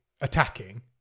attacking